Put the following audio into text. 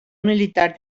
militar